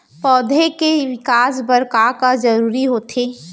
पौधे के विकास बर का का जरूरी होथे?